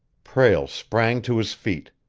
prale sprang to his feet.